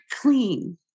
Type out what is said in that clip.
clean